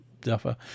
duffer